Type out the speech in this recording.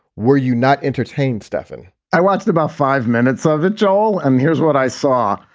were you not entertained, stefan? i watched about five minutes of it all. and here's what i saw.